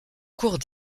cours